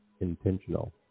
intentional